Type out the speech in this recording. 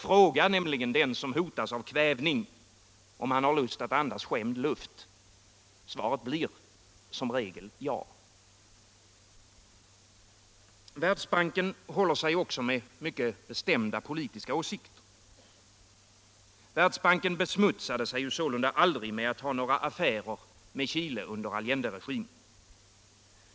Fråga nämligen den som hotas av kvävning om han har lust att andas skämd luft. Svaret blir ju som regel ja. Världsbanken håller sig också med mycket bestämda politiska åsikter. Världsbanken besmutsade sig sålunda aldrig genom några affärer med Chile under Allenderegimen.